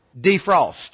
defrost